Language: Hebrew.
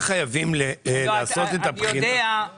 בנק דיסקונט היה היחיד שאמר שעד 2,000 שקל הוא לא גובה ריבית אוברדרפט.